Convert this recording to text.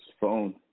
phone